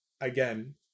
again